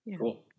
Cool